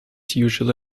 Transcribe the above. usually